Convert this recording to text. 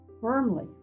firmly